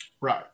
Right